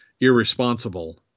irresponsible